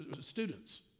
students